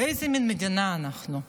איזו מין מדינה אנחנו.